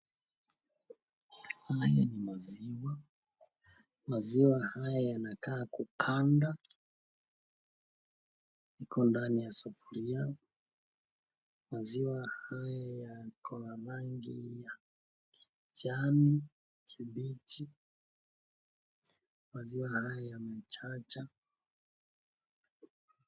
Haya ni maziwa, maziwa haya yanakaa kuganda ,iko ndani ya sufuria, maziwa haya yako na rangi ya kijani kibichi, maziwa haya yamechacha.